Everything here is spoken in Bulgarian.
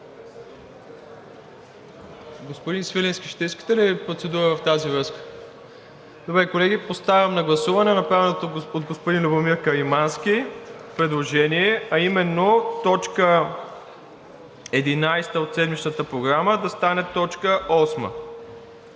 Господин Свиленски, ще искате ли процедура в тази връзка? Добре, колеги, подлагам на гласуване направеното от господин Любомир Каримански предложение, а именно точка 11 от седмичната Програма да стане точка 8.